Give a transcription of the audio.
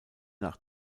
nach